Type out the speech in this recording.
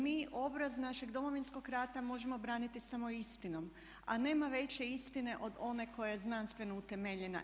Mi obraz našeg Domovinskog rata možemo braniti samo istinom, a nema veće istine od one koja je znanstveno utemeljena.